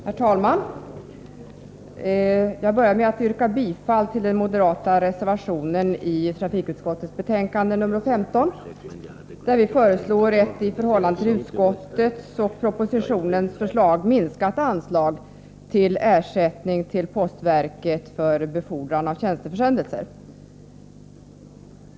Herr talman! Jag börjar med att yrka bifall till den moderata reservationen itrafikutskottets betänkande 15, där vi föreslår ett i förhållande till utskottets och propositionens förslag minskat anslag till ersättning till postverket för befordran av tjänsteförsändelser.